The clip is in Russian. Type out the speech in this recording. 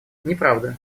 неправда